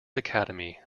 academy